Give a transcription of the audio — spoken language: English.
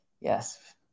Yes